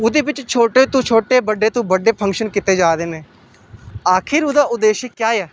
ओह्दे च छोटे तूं छोटे ते बड्डे तूं बड्डे फंक्शन कीते जा दे न आखर ओह्दा उद्देश्य केह् ऐ